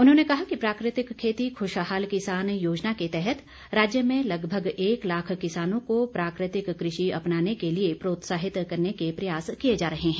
उन्होंने कहा कि प्राकृतिक खेती खुशहाल किसान योजना के तहत राज्य में लगभग एक लाख किसानों को प्राकृतिक कृषि अपनाने के लिए प्रोत्साहित करने के प्रयास किए जा रहे हैं